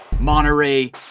monterey